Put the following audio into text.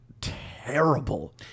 terrible